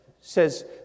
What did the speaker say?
says